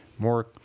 more